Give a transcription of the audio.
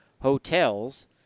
hotels